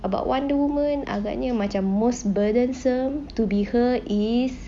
about wonder woman agaknya macam most burdensome to be heard is